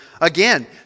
again